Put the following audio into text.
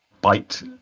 bite